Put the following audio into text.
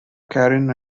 cairn